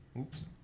Oops